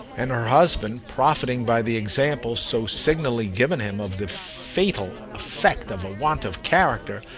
and her husband, profiting by the example so signally given him of the fatal effect of a want of character,